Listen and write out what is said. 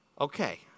Okay